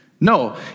no